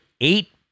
eight